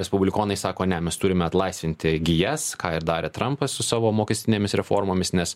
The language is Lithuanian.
ar respublikonai sako ne mes turime atlaisvinti gijas ką ir darė trampas su savo mokestinėmis reformomis nes